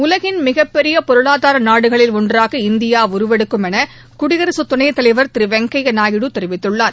உலகின் மிகப்பெரிய பொருளாதார நாடுகளில் ஒன்றாக இந்தியா உருவெடுக்கும் என குடியரசுத் துணைத்தலைவர் திரு வெங்கையா நாயுடு தெரிவித்துள்ளார்